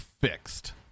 fixed